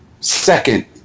second